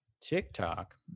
TikTok